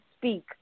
speak